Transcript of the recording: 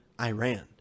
Iran